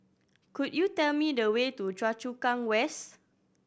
could you tell me the way to Choa Chu Kang West